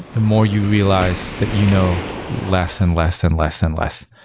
the more you realize that you know less and less and less and less.